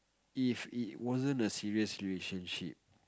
if it wasn't a serious relationship